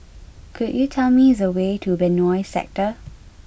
could you tell me the way to Benoi Sector